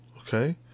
okay